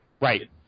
right